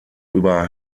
über